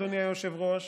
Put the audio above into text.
אדוני היושב-ראש,